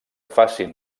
facin